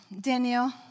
Daniel